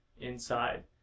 inside